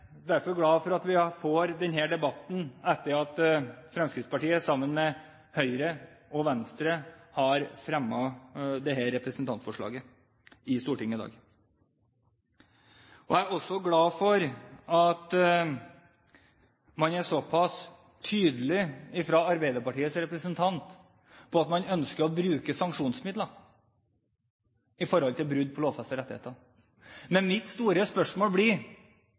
derfor glad for at vi får denne debatten i dag, etter at Fremskrittspartiet, sammen med Høyre og Venstre, har fremmet dette representantforslaget i Stortinget. Jeg er også glad for at Arbeiderpartiets representant er såpass tydelig på at man ønsker å bruke sanksjonsmidler når det gjelder brudd på lovfestede rettigheter. Men mitt store spørsmål blir: